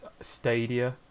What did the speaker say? Stadia